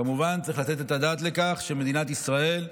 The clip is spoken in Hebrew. כמובן, צריך לתת את הדעת על כך שמדינת ישראל,